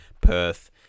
Perth